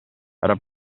era